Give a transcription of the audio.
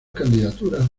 candidaturas